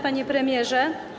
Panie Premierze.